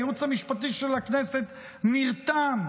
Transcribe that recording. הייעוץ המשפטי של הכנסת נרתם,